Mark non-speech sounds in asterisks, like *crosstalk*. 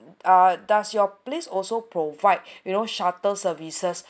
uh does place your also provide *breath* you know shuttle services *breath*